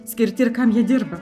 skirti ir kam jie dirba